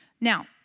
Now